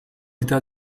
était